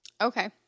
Okay